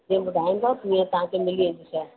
जीअं ॿुधाईंदव तीअं तव्हांखे मिली वेंदी शइ